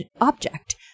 object